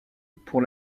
pour